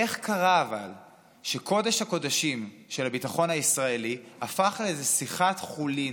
אבל איך קרה שקודש הקודשים של הביטחון הישראלי הפך לאיזה שיחת חולין,